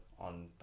on